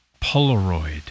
Polaroid